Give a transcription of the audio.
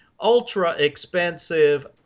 ultra-expensive